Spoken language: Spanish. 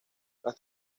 las